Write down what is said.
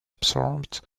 absorbed